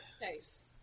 Nice